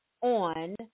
on